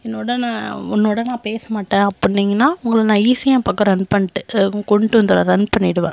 என்னோடய நான் உன்னோடய நான் பேசமாட்டேன் அப்பிடினிங்கனா உங்களை நான் ஈஸியாக ஏன் பக்கம் ரன் பண்ணிட்டு கொண்டுட்டு வந்துருவேன் ரன் பண்ணிவிடுவேன்